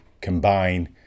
combine